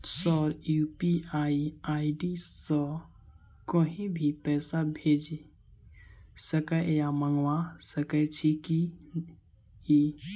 Sir UPI ID सँ कहि भी पैसा भेजि सकै या मंगा सकै छी की न ई?